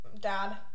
dad